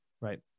Right